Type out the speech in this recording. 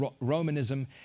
Romanism